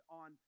on